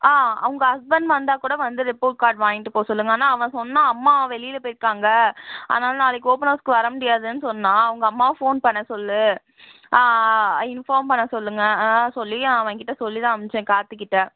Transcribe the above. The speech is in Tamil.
ஆ உங்கள் ஹஸ்பண்ட் வந்தால் கூட வந்து ரிப்போர்ட் கார்ட் வாங்ண்ட்டு போக சொல்லுங்க ஆனால் அவன் சொன்னான் அம்மா வெளியில் போயிருக்காங்க அதனால நாளைக்கு ஓப்பன் அவுஸ்க்கு வர முடியாதுனு சொன்னான் உங்கள் அம்மாவை ஃபோன் பண்ண சொல்லு இன்ஃபார்ம் பண்ண சொல்லுங்க சொல்லி அவன் கிட்ட சொல்லி தான் அனும்ச்சேன் கார்த்திக்கிட்ட